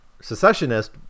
secessionist